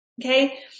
Okay